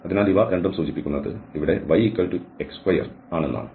അതിനാൽ ഇവ രണ്ടും സൂചിപ്പിക്കുന്നത് ഇവിടെ yx2 ആണെന്നാണ്